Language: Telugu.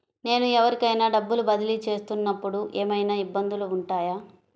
నేను ఎవరికైనా డబ్బులు బదిలీ చేస్తునపుడు ఏమయినా ఇబ్బందులు వుంటాయా?